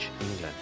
England